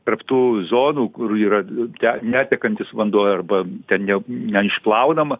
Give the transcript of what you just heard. tarp tų zonų kur yra n te netekantis vanduo arba ten ne neišplaunama